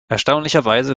erstaunlicherweise